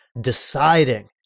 deciding